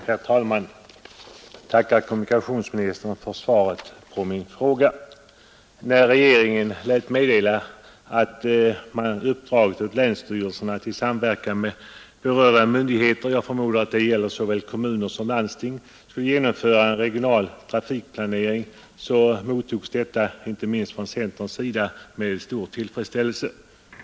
Herr talman! Jag tackar kommunikationsministern för svaret på min fråga. När regeringen lät meddela att man uppdragit åt länsstyrelserna att i samverkan med berörda myndigheter — jag förmodar det gäller såväl kommuner som landsting — genomföra en regional trafikplanering mottogs detta icke minst från centerns sida med stor tillfredsställelse.